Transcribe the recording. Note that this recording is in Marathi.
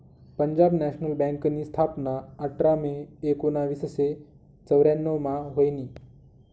पंजाब नॅशनल बँकनी स्थापना आठरा मे एकोनावीसशे चौर्यान्नव मा व्हयनी